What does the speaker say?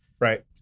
Right